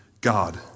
God